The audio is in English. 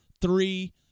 three